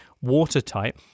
watertight